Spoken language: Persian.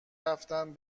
رفتن